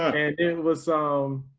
and it was, um,